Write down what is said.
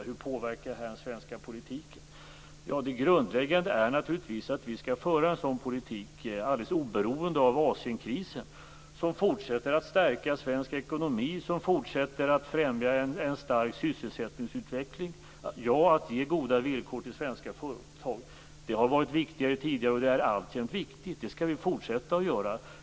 Hur påverkas den svenska politiken? Det grundläggande är naturligtvis att vi skall föra en sådan politik, alldeles oberoende av Asienkrisen, som fortsätter att stärka svensk ekonomi, som fortsätter att främja en stark sysselsättningsutveckling - ja, att ge goda villkor för svenska företag. Det har tidigare varit viktigt och det är alltjämt viktigt. Det skall vi fortsätta att göra.